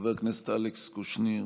חבר הכנסת אלכס קושניר,